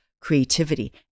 creativity